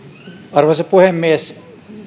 arvoisa puhemies